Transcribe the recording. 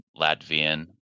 Latvian